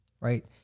right